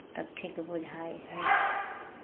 ठीक बुझाइ हइ